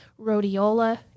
rhodiola